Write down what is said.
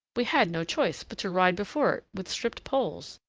we had no choice but to ride before it with stripped poles,